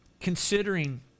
considering